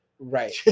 Right